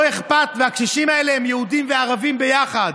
הקשישים האלה הם יהודים וערבים ביחד.